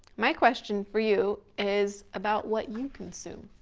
my question for you is, about what you consume.